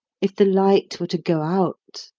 if the light were to go out.